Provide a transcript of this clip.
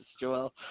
Joel